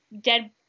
dead